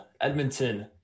Edmonton